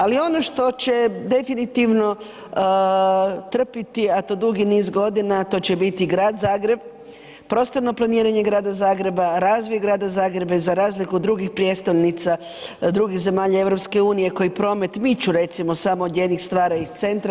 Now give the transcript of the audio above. Ali ono što će definitivno trpiti, a to dugi niz godina to će biti grad Zagreb, prostorno planiranje grada Zagreba, razvoj grada Zagreba i za razliku od drugih prijestolnica drugih zemalja EU koji promet miču recimo samo … stvara iz centra.